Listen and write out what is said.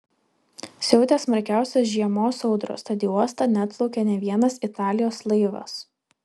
siautė smarkiausios žiemos audros tad į uostą neatplaukė nė vienas italijos laivas